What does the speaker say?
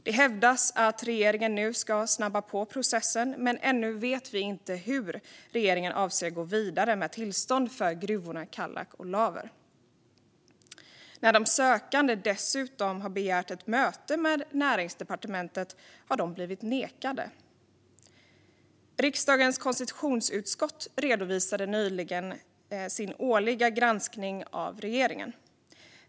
Det hävdas att regeringen nu ska snabba på processen, men ännu vet vi inte hur regeringen avser att gå vidare med tillstånd för gruvorna i Kallak och Laver. Dessutom har de sökande blivit nekade när de begärt ett möte med Näringsdepartementet. Riksdagens konstitutionsutskott redovisade nyligen sin årliga granskning av regeringen.